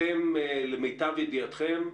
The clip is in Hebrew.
אתם למיטב ידיעתכם,